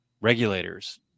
regulators